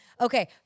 okay